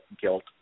guilt